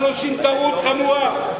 אנחנו עושים טעות חמורה.